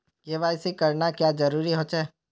KYC करना क्याँ जरुरी होचे?